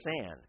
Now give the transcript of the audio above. sand